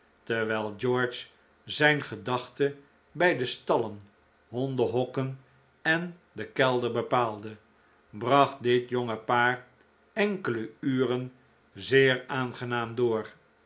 terwijl george zijn gedachte bij de stallen hondenhokken en den kelder bepaalde bracht dit jonge paar enkele uren zeer aangenaam door